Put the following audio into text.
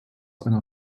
einer